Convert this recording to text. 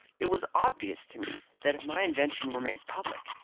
it was obvious to me that if my invention were made public,